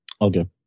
Okay